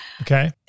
Okay